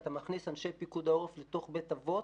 ואתה מכניס אנשי פיקוד העורף לתוך בית האבות.